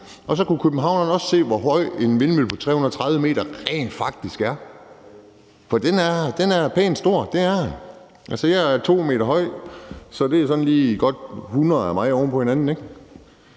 Så kunne københavnerne også se, hvor høj en vindmølle på 330 m rent faktisk er – den er pænt stor. Det er den. Altså, jeg er 2 m høj, så det er sådan godt lige 100 af mig oven på hinanden